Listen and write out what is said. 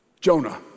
Jonah